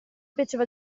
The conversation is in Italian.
piaceva